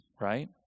right